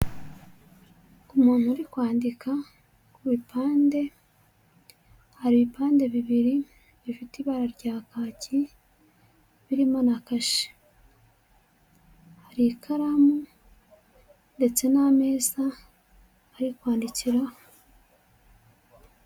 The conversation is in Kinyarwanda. Umuntu uri kwandika ku bipande, hari ibipande bibiri bifite ibara rya kacyi, birimo na kashe. Hari ikaramu ndetse n'ameza ari kwandikiraho.